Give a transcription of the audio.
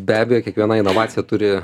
be abejo kiekviena inovacija turi